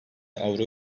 avro